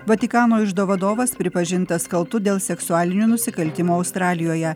vatikano iždo vadovas pripažintas kaltu dėl seksualinio nusikaltimo australijoje